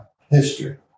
history